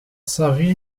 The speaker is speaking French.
savaient